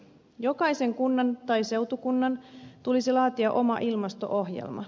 jokaisen kunnan tai seutukunnan tulisi laatia oma ilmasto ohjelma